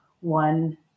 one